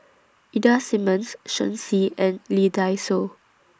Ida Simmons Shen Xi and Lee Dai Soh